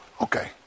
Okay